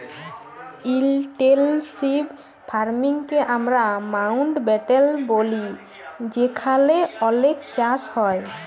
intensive farming কে আমরা মাউল্টব্যাটেল ব্যলি যেখালে অলেক চাষ হ্যয়